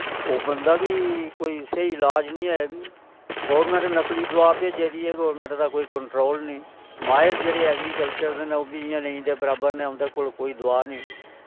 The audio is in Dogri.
उब्बन दा बी कोई स्हेई इलाज़ नी ऐ भाई गौरमैंट नकली दवा भेजा दी ऐ गौरमैंट दा कोई कंट्रोल नी माहिर जेह्ड़े ऐग्रीकलचर दे न इयां नेंई दै बराबर नै उंदे कोल कोई दवाई नेईं